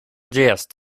gist